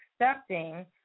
accepting